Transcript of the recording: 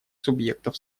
субъектов